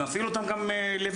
ומפעיל אותם גם לבד.